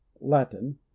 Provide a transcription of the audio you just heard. latin